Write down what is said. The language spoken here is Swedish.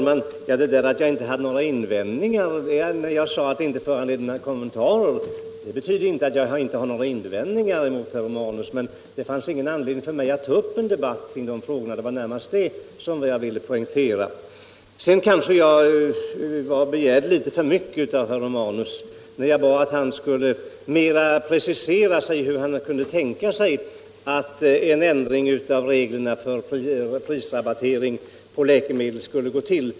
Herr talman! När jag sade att det inte föranledde några kommentarer så betyder det inte att jag inte har några invändningar. Men det fanns ingen anledning för mig att ta upp en debatt kring de frågor som herr Romanus berörde. Det var närmast detta jag ville poängtera. Sedan kanske jag begärde litet för mycket av herr Romanus när jag bad att han skulle precisera hur han kunde tänka sig att en ändring av reglerna för prisrabattering på läkemedel skulle gå till.